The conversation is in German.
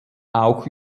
auch